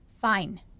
Fine